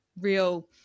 real